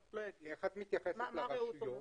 איך את מתייחסת לרשויות?